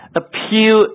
appeal